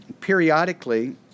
Periodically